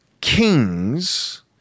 kings